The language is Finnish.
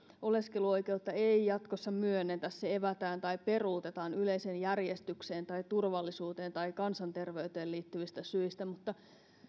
oleskeluoikeutta ei jatkossa myönnetä se evätään tai peruutetaan yleiseen järjestykseen tai turvallisuuteen tai kansanterveyteen liittyvistä syistä mutta